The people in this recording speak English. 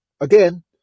again